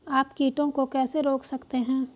आप कीटों को कैसे रोक सकते हैं?